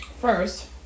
First